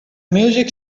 music